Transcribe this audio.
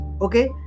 okay